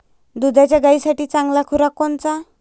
दुधाच्या गायीसाठी चांगला खुराक कोनचा?